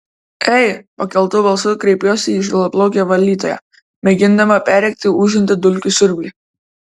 ei pakeltu balsu kreipiuosi į žilaplaukę valytoją mėgindama perrėkti ūžiantį dulkių siurblį